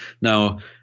Now